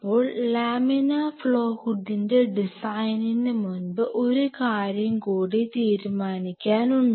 അപ്പോൾ laminar flow ഹൂഡിന്റെ ഡിസൈനിനു മുൻപ് ഒരു കാര്യം കൂടി തീരുമാനിക്കാൻ ഉണ്ട്